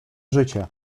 życie